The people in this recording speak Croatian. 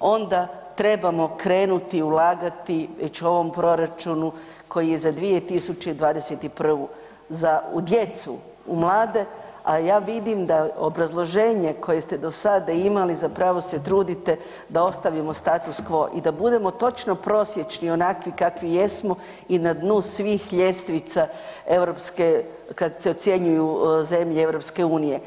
onda trebamo krenuti ulagati već u ovom proračunu koji je za 2021. za u djecu, u mlade, a ja vidim da obrazloženje koje ste do sada imali zapravo se trudite da ostavimo status qo i da budemo točno prosječni onakvi kakvi jesmo i na dnu svih ljestvica europske kad se ocjenjuju zemlje EU.